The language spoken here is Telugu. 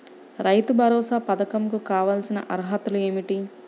రైతు భరోసా పధకం కు కావాల్సిన అర్హతలు ఏమిటి?